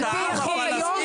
לא תיקנו שום חוק.